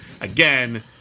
again